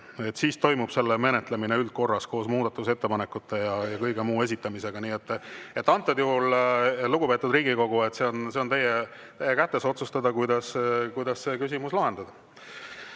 toimub selle menetlemine üldkorras koos muudatusettepanekute ja kõige muu esitamisega. Nii et antud juhul, lugupeetud Riigikogu, on teie kätes otsustada, kuidas see küsimus lahendada. Kalle